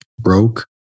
broke